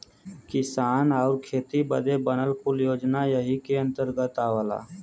किसान आउर खेती बदे बनल कुल योजना यही के अन्दर आवला